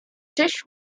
dish